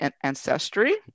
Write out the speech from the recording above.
ancestry